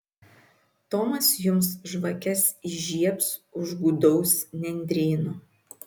tomas jums žvakes įžiebs už gūdaus nendryno